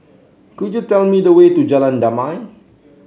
could you tell me the way to Jalan Damai